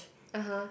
(uh huh)